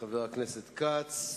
חבר הכנסת יעקב כץ,